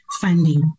funding